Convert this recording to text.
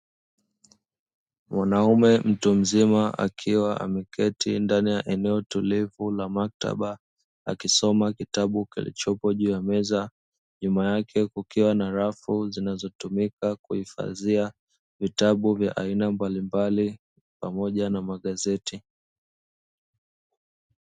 Mwanaume mtu mzima akiwa ameketi ndani ya eneo tulivu na maktaba, akisoma kitabu kilichopo juu ya meza nyuma yake kukiwa na rafu zinazotumika kuhifadhia vitabu vya aina mbalimbali pamoja na magazeti.